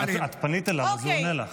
את פנית אליו אז הוא עונה לך.